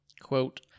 Quote